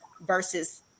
versus